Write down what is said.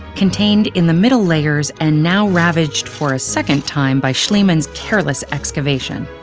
contained in the middle layers and now ravaged for a second time by schliemann's careless excavation.